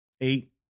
Eight